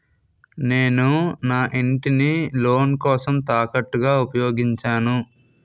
నేను నా ఇంటిని లోన్ కోసం తాకట్టుగా ఉపయోగించాను